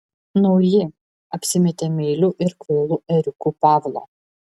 nauji apsimetė meiliu ir kvailu ėriuku pavlo